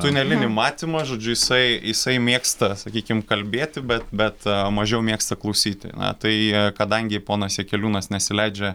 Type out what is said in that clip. tunelinį matymą žodžiu jisai jisai mėgsta sakykim kalbėti bet bet mažiau mėgsta klausyti na tai kadangi ponas jakeliūnas nesileidžia